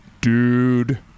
DUDE